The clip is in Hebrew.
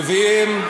מביאים,